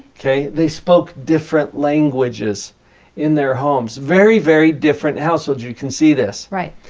okay? they spoke different languages in their homes. very, very different household. you can see this. right.